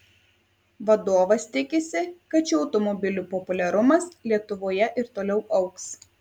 vadovas tikisi kad šių automobilių populiarumas lietuvoje ir toliau augs